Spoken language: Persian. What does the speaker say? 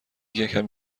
یکم